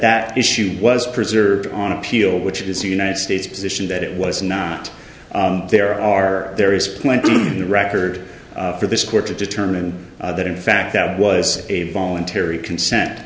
that issue was preserved on appeal which is the united states position that it was not there are there is plenty on the record for this court to determine that in fact that was a voluntary consent